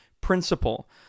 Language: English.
principle